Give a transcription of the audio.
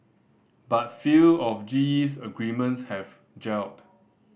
but few of G E's agreements have gelled